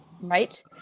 Right